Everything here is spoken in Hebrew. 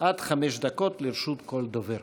עד חמש דקות לרשות כל דובר.